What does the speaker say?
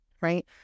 right